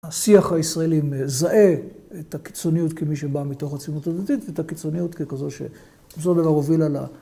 השיח הישראלי מזהה את הקיצוניות כמי שבא מתוך הציונות הדתית ואת הקיצוניות ככזו ש... זו לא הובילה ל...